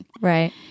right